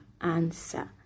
Answer